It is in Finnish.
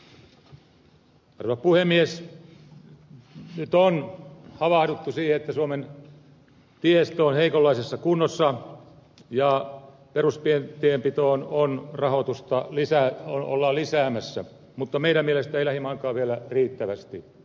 nyt on havahduttu siihen että suomen tiestö on heikonlaisessa kunnossa ja rahoitusta perustienpitoon ollaan lisäämässä mutta meidän mielestämme ei lähimainkaan vielä riittävästi